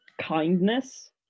kindness